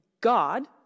God